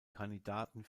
kandidaten